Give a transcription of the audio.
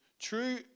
True